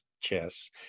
chess